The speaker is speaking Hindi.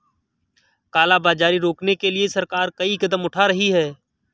काला बाजारी रोकने के लिए सरकार कई कदम उठा रही है